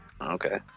Okay